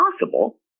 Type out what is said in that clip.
possible